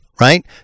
right